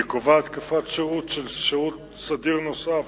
והיא קובעת תקופת שירות סדיר נוסף